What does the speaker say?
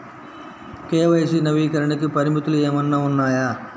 KYC నవీకరణకి పరిమితులు ఏమన్నా ఉన్నాయా?